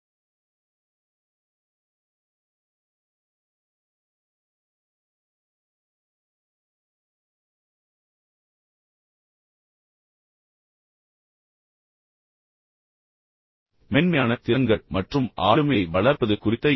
அனைவருக்கும் வணக்கம் மென்மையான திறன்கள் மற்றும் ஆளுமையை வளர்ப்பது குறித்த என்